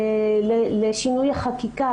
לשינוי החקיקה,